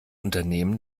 unternehmen